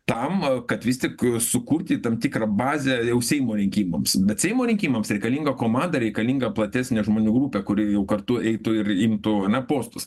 tam kad vis tik sukurti tam tikrą bazę jau seimo rinkimams bet seimo rinkimams reikalinga komanda reikalinga platesnė žmonių grupė kuri kartu eitų ir imtų na postus